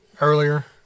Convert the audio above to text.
earlier